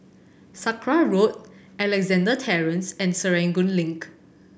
Sakra Road Alexandra Terrace and Serangoon Link